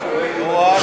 נו, אז?